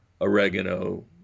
oregano